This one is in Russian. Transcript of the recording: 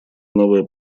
новое